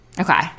Okay